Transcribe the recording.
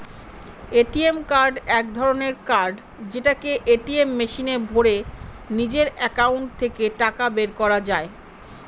ATM card এক ধরনের card যেটাকে এটিএম মেশিনে ভোরে নিজের একাউন্ট থেকে টাকা বের করা যায়